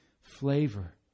flavor